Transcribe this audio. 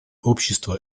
общества